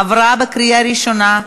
עברה בקריאה ראשונה,